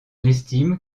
estime